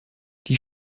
die